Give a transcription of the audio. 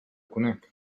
conec